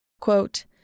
Quote